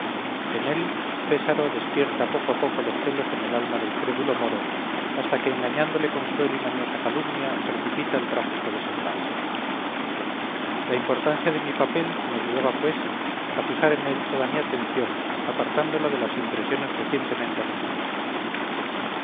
en él pésaro despierta poco a poco los celos en el alma del crédulo moro hasta que engañándole con cruel y mañosa calumnia precipita el trágico desenlace la importancia de mi papel me obligaba pues a fijar en él toda mi atención apartándola de las impresiones recientemente recibidas